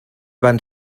van